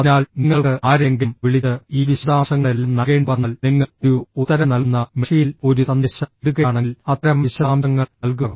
അതിനാൽ നിങ്ങൾക്ക് ആരെയെങ്കിലും വിളിച്ച് ഈ വിശദാംശങ്ങളെല്ലാം നൽകേണ്ടിവന്നാൽ നിങ്ങൾ ഒരു ഉത്തരം നൽകുന്ന മെഷീനിൽ ഒരു സന്ദേശം ഇടുകയാണെങ്കിൽ അത്തരം വിശദാംശങ്ങൾ നൽകുക